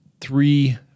three